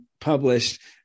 published